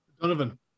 Donovan